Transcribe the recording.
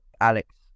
Alex